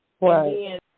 Right